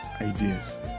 ideas